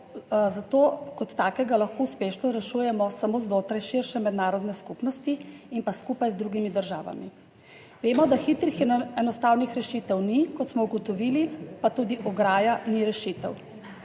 zato kot takega lahko uspešno rešujemo samo znotraj širše mednarodne skupnosti in pa skupaj z drugimi državami. Vemo, da hitrih in enostavnih rešitev ni, kot smo ugotovili, pa tudi ograja ni rešitev.